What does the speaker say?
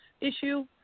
issue